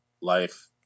life